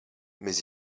mais